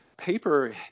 Paper